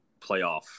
playoff